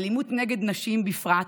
אלימות נגד נשים בפרט,